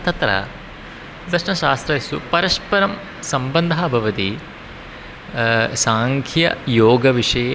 तत्र दर्शनशास्त्रस्य परस्परं सम्बन्धः भवति साङ्ख्ययोगविषये